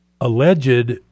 alleged